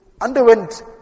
underwent